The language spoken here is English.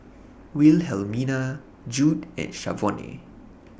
Wilhelmina Jude and Shavonne